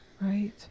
Right